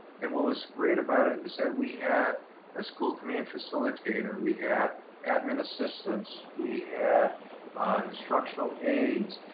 and what was great about it is that we had a school community facilitator, we had admin assistants, we had instructional aids,